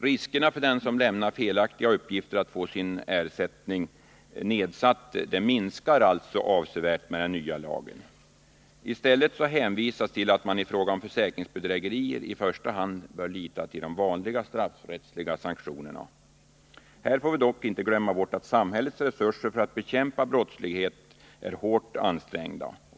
Riskerna för den som lämnar felaktiga uppgifter att få sin ersättning nedsatt minskar alltså avsevärt med den nya lagen. I stället hänvisas till att man i fråga om försäkringsbedrägerier i första hand bör lita till de vanliga straffrättsliga sanktionerna. Här får vi dock inte glömma att samhällets resurser för att bekämpa brottslighet är hårt ansträngda.